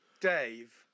Dave